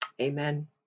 amen